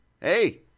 Hey